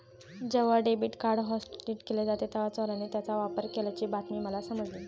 जेव्हा debit card hotlist केले होते तेव्हा चोराने त्याचा वापर केल्याची बातमी मला समजली